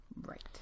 Right